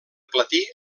platí